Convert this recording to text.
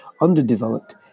underdeveloped